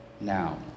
now